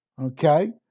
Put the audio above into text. Okay